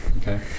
Okay